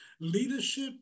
leadership